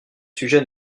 sujet